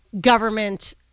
government